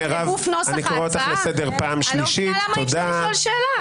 למה אי-אפשר לשאול שאלה?